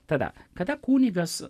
tada kada kunigas